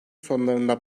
sonlarında